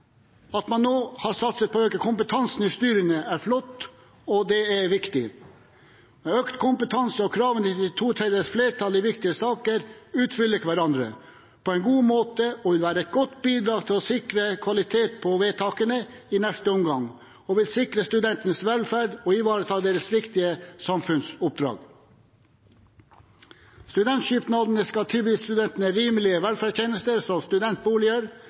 At man nå har satset på å øke kompetansen i styrene, er flott, og det er viktig. Økt kompetanse og kravet om to tredjedels flertall i viktige saker utfyller hverandre på en god måte og vil være et godt bidrag til å sikre kvalitet på vedtakene i neste omgang, og det vil sikre studentenes velferd og ivareta deres viktige samfunnsoppdrag. Studentsamskipnadene skal tilby studentene rimelige velferdstjenester som studentboliger,